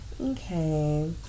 okay